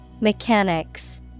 Mechanics